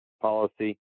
policy